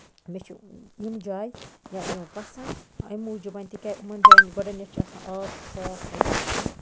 مےٚ چھِ یِم جایہِ واریاہ پَسند اَمہِ موٗجوٗب ہن تِکیازِ یِمَن جاین گۄڈٕنیتھ چھُ آسان آب صاف حظ